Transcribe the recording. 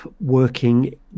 working